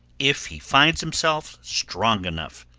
if he finds himself strong enough.